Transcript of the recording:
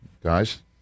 Guys